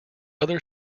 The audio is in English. other